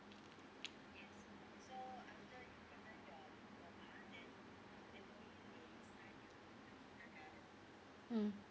mm